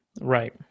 right